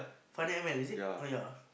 five hundred M_L is it ah ya